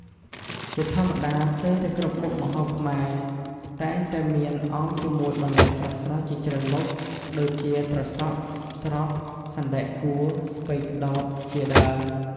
ជាធម្មតាស្ទើរតែគ្រប់មុខម្ហូបខ្មែរតែងតែមានអមជាមួយបន្លែស្រស់ៗជាច្រើនមុខ ដូចជា ត្រសក់ ត្រប់ សណ្ដែកកួរ ស្ពៃក្ដោប ជាដើម។